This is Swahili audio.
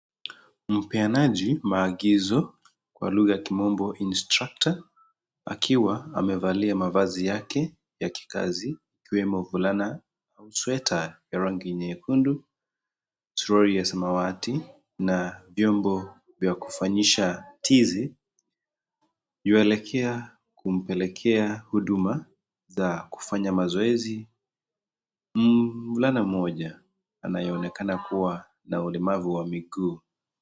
Mpeanaji maagizo kwa lugha ya kimombo Intructor akiwa amevalia mavazi yake ya kikazi ikiwemo fulana au sweater ya rangi nyekundu suruali ya samawati na vyombo vya kufanyisha tizi, yu alekea kumpelekea huduma za kufanya mazoezi mvulana mmoja anayeonekana kuwa na ulemavu wa miguu.